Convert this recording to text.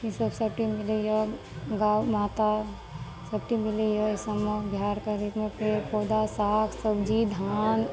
ई सब सब मिलैया गाय माता सब चीज मिलैया एहि सबमे बिहारके रीत मे पौधा साग सब्जी धान